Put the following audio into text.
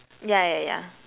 yeah yeah yeah